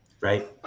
Right